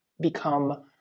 become